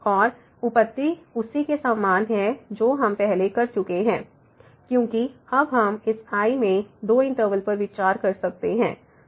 और उपपत्ति उसी के समान है जो हम पहले कर चुके हैं क्योंकि अब हम इस I में दो इंटरवल पर विचार कर सकते हैं